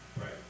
Right